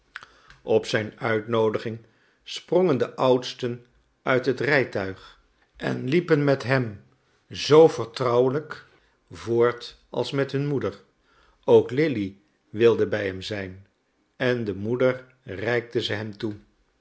op zijn uitnoodiging sprongen de oudsten uit het rijtuig en liepen met hem zoo vertrouwelijk voort als met hun moeder ook lili wilde bij hem zijn en de moeder reikte ze hem toe